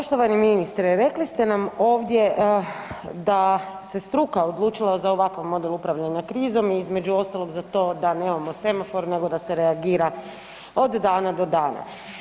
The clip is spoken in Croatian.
Poštovani ministre rekli ste nam ovdje da se struka odlučila za ovakav model upravljanja krizom i između ostalog za to da nemamo semafor nego da se reagira od dana do dana.